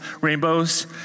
rainbows